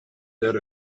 that